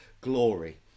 glory